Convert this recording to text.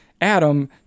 Adam